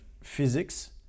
physics